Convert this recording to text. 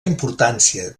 importància